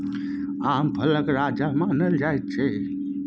आम फलक राजा मानल जाइ छै